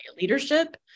leadership